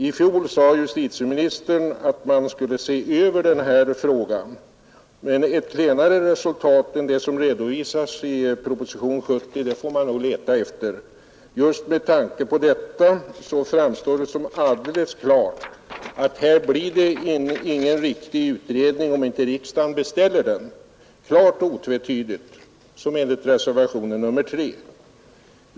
I fjol sade justitieministern att man skulle se över den här frågan, men ett klenare resultat än det som redovisas i proposition 70 får man nog leta efter. Just med tanke på det framstår det som alldeles klart att det inte blir någon riktig utredning om inte riksdagen klart och otvetydigt beställer den, enligt förslaget i reservation nr 3.